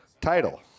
Title